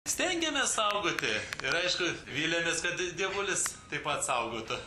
stengiamės saugoti ir aišku viliamės kad dievulis taip pat saugotų